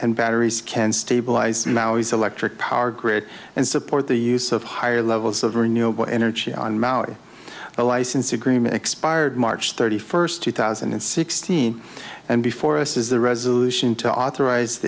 and batteries can stabilise maui's electric power grid and support the use of higher levels of renewable energy on maui the license agreement expired march thirty first two thousand and sixteen and before us is the resolution to authorize